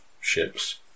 ships